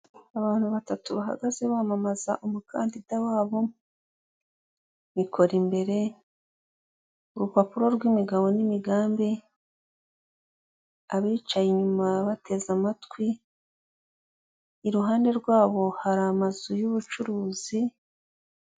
Abantu batatu bahagaze bamamaza umukandida wabo Bikorimbere. Urupapuro rw'imigabo n'imigambi, abicaye inyuma bateze amatwi, iruhande rwabo hari amazu y'ubucuruzi.